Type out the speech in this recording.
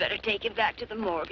better take him back to the mor